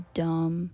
dumb